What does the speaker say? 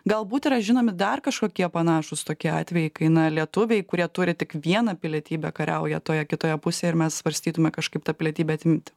galbūt yra žinomi dar kažkokie panašūs tokie atvejai kai na lietuviai kurie turi tik vieną pilietybę kariauja toje kitoje pusėje ir mes svarstytume kažkaip tą pilietybę atimti